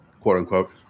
quote-unquote